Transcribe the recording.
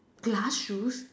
glass shoes